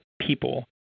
people